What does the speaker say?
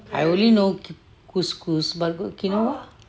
I only know couscous but quinoa